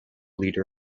leader